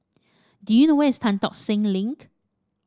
do you know where is Tan Tock Seng Link